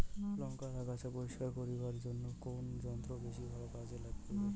লংকার আগাছা পরিস্কার করিবার জইন্যে কুন যন্ত্র বেশি ভালো কাজ করিবে?